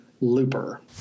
Looper